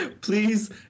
please